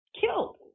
killed